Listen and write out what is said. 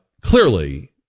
clearly